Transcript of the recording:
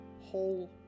whole